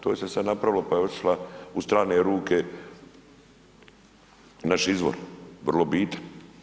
To se je sad napravilo pa je otišla u strane ruke naš izvor, vrlo bitan.